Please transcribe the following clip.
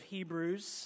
Hebrews